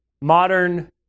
modern